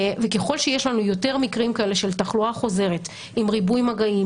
וככל שיש לנו יותר מקרים כאלה של תחלואה חוזרת עם ריבוי מגעים,